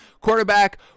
Quarterback